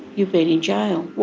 you've been in jail'.